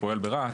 שפועל ברהט,